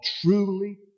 truly